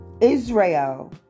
Israel